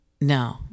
No